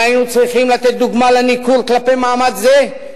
אם היינו צריכים לתת דוגמה לניכור כלפי מעמד זה,